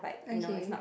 okay